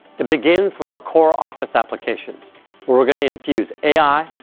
it begins with our core office applications, where we're going to infuse ai,